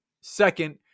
second